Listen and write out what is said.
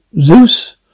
Zeus